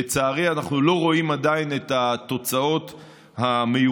לצערי אנחנו לא רואים עדיין את התוצאות המיוחלות,